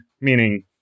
meaning